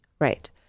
Right